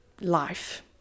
life